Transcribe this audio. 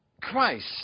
Christ